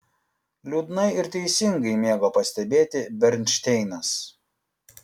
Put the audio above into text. liūdnai ir teisingai mėgo pastebėti bernšteinas